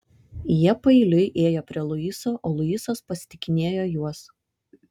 jie paeiliui ėjo prie luiso o luisas pasitikinėjo juos